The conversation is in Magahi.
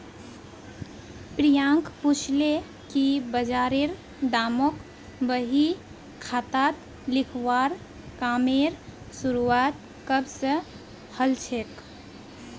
प्रियांक पूछले कि बजारेर दामक बही खातात लिखवार कामेर शुरुआत कब स हलछेक